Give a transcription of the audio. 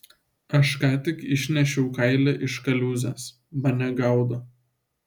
aš ką tik išnešiau kailį iš kaliūzės mane gaudo